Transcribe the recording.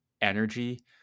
energy